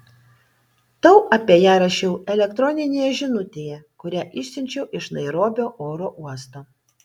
tau apie ją rašiau elektroninėje žinutėje kurią išsiunčiau iš nairobio oro uosto